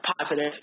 positive